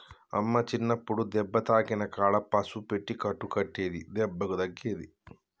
అమ్మ చిన్నప్పుడు దెబ్బ తాకిన కాడ పసుపు పెట్టి కట్టు కట్టేది దెబ్బకు తగ్గేది